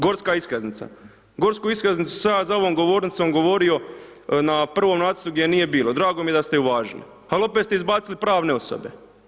Gorska iskaznica, gorsku iskaznicu sam ja za ovom govornicom govorio na prvom nacrtu gdje je nije bilo, drago mi je da ste ju uvažili, ali opet ste izbacili pravne osobe.